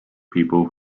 people